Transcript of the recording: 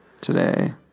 today